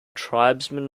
tribesmen